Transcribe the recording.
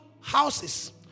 houses